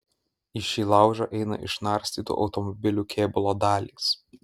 į šį laužą eina išnarstytų automobilių kėbulo dalys